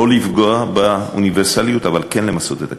לא לפגוע באוניברסליות, אבל כן למסות את הקצבאות.